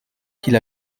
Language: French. qu’il